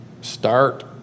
Start